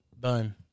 boom